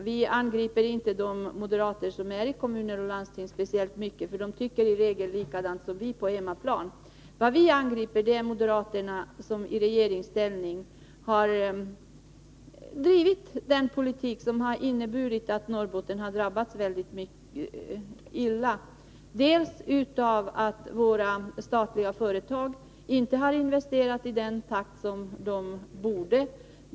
Vi angriper inte de moderater som sitter i kommuner och landsting speciellt mycket, för de tycker i regel som vi på hemmaplan. Nej, vi angriper de moderater som i regeringsställning har drivit en politik som inneburit att Norrbotten har drabbats mycket hårt. Några statliga företag har t.ex. inte investerat i den takt som de borde.